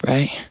Right